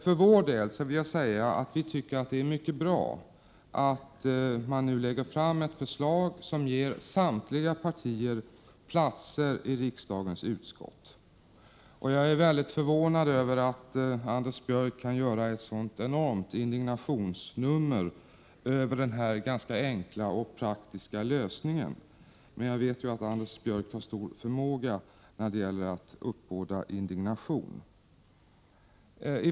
För vår del vill jag säga att vi tycker att det är mycket bra att man nu lägger fram ett förslag som ger samtliga partier platser i riksdagens utskott. Jag är mycket förvånad över att Anders Björck kan göra ett så enormt indignationsnummer av denna enkla och praktiska lösning, men jag vet ju att Anders Björck har stor förmåga när det gäller att uppbåda indignation.